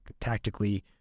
tactically